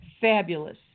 fabulous